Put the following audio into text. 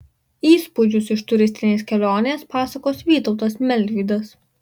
įspūdžius iš turistinės kelionės pasakos vytautas melvydas